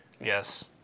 Yes